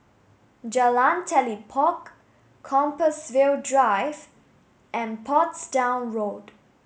Jalan Telipok Compassvale Drive and Portsdown Road